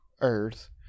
Earth